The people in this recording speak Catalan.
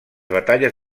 batalles